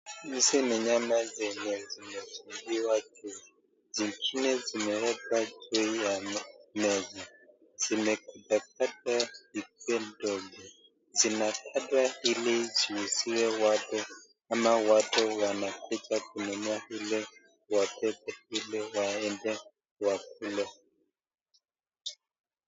Hizi ni nyama zenye zimewekwa juu , zikiwa zimewekwa juu ya meza, zimekatakatwa zikuwe ndogo, zimekatwa, ili ziuziwe watu, ama watu wanakuja kununua zile ili wande wakule.